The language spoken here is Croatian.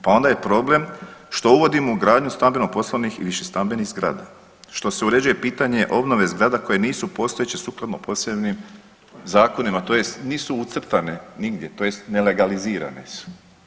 Pa onda je problem što uvodimo gradnju stambeno-poslovnih i više stambenih zgrada, što se uređuje pitanje obnove zgrada koje nisu postojeće sukladno posebnim zakonima, tj. nisu ucrtane nigdje, tj. nelegalizirane su.